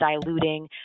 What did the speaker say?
diluting